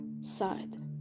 side